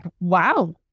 wow